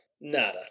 Nada